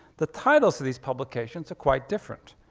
the titles of these publications are quite different.